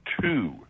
two